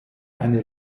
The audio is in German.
eine